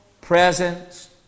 presence